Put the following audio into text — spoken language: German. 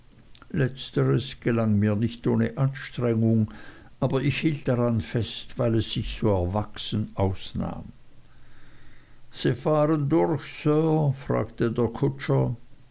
letzteres gelang mir nicht ohne anstrengung aber ich hielt daran fest weil es sich so erwachsen ausnahm sie fahren durch sir fragte der kutscher